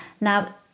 Now